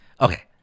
Okay